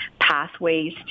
pathways